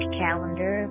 calendar